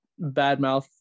badmouth